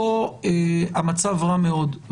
כאן המצב רע מאוד.